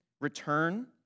Return